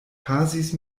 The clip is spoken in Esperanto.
pasis